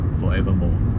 forevermore